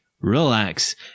relax